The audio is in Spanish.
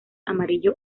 amarillo